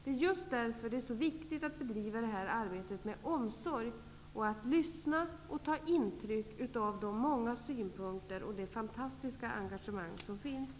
Det är just därför som det är så viktigt att bedriva det här arbetet med omsorg och att lyssna och ta intryck av de många synpunkter och det fantastiska engagemang som finns.